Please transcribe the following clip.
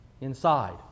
inside